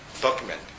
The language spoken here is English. document